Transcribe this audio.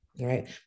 right